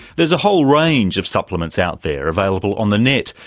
there's a whole range of supplements out there available on the net,